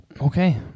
Okay